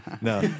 No